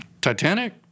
Titanic